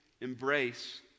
embrace